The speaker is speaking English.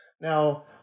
Now